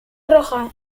roja